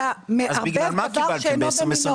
אתה מערבב דבר שאינו במינו.